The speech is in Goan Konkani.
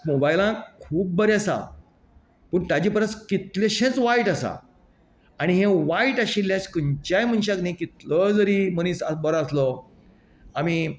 मोबायलांक खूब बरें आसा पूण ताचे परस कितलेंशेच वायट आसा आनी हे वायट आशिल्ले खंयचाय मनशांक न्ही कितलो जरी मनीस आज बरो आसलो आमी